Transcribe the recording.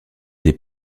des